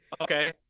Okay